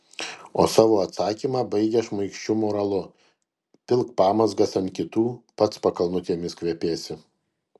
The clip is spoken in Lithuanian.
o savo atsakymą baigia šmaikščiu moralu pilk pamazgas ant kitų pats pakalnutėmis kvepėsi